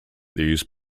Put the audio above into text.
these